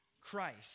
Christ